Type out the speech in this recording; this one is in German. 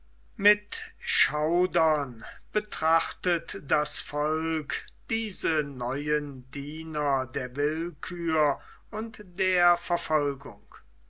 mit schaudern betrachtet das volk diese neuen diener der willkür und der verfolgung